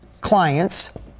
clients